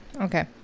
Okay